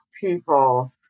people